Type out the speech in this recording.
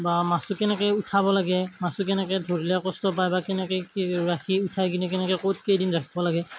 বা মাছটো কেনেকৈ উঠাব লাগে মাছটো কেনেকৈ ধৰিলে কষ্ট পায় বা কেনেকৈ কি ৰাখি উঠাই কিনে কেনেকে ক'ত কেইদিন ৰাখিব লাগে